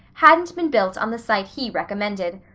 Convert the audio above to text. hadn't been built on the site he recommended.